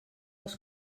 als